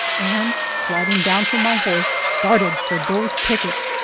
and, sliding down from my horse, started for those pickets!